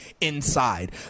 inside